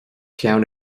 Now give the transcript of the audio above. peann